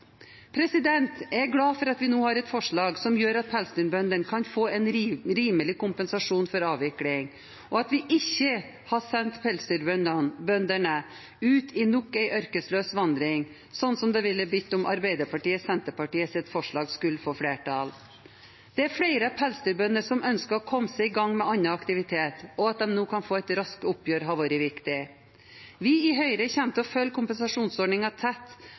Jeg er glad for at vi nå har et forslag som gjør at pelsdyrbøndene kan få en rimelig kompensasjon for avvikling, og at vi ikke har sendt pelsdyrbøndene ut i nok en ørkesløs vandring, slik det ville blitt om Arbeiderpartiet og Senterpartiets forslag hadde fått flertall. Det er flere av pelsdyrbøndene som ønsker å komme i gang med annen aktivitet, og at de nå kan få et raskt oppgjør, har vært viktig. Vi i Høyre kommer til å følge kompensasjonsordningen tett